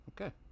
okay